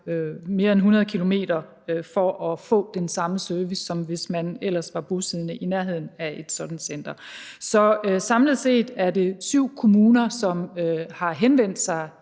mere end 100 km for at få den samme service, som hvis man ellers var bosiddende i nærheden af et sådant center. Så samlet set er det syv kommuner, som har henvendt sig